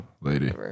lady